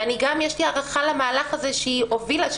יש לי גם הערכה למהלך הזה שהיא הובילה,